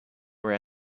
for